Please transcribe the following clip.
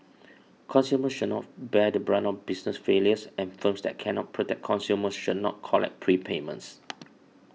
consumers should not bear the brunt of business failures and firms that cannot protect customers should not collect prepayments